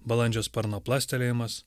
balandžio sparno plastelėjimas